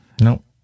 Nope